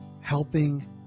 helping